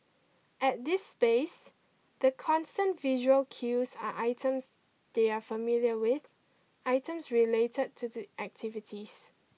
at this space the constant visual cues are items they are familiar with items related to the activities